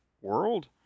world